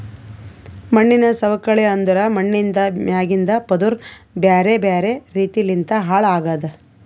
ಮಣ್ಣಿನ ಸವಕಳಿ ಅಂದುರ್ ಮಣ್ಣಿಂದ್ ಮ್ಯಾಗಿಂದ್ ಪದುರ್ ಬ್ಯಾರೆ ಬ್ಯಾರೆ ರೀತಿ ಲಿಂತ್ ಹಾಳ್ ಆಗದ್